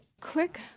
quick